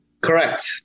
Correct